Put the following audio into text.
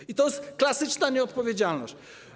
I to jest klasyczna nieodpowiedzialność.